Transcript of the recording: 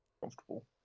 comfortable